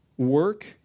work